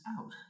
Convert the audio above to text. out